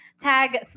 Tag